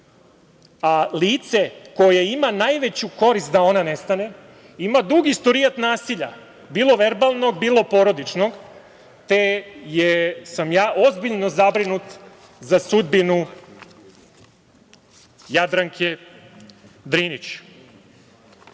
a lice koje ima najveću korist da ona nestane ima dug istorijat nasilja, bilo verbalnog, bilo porodičnog, te sam ja ozbiljno zabrinut za sudbinu Jadranke Drinić. Takođe,